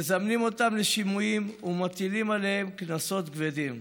מזמנים אותם לשימועים ומטילים עליהם קנסות כבדים.